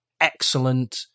excellent